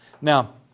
Now